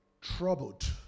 troubled